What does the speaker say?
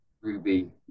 Ruby